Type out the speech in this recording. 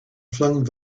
flung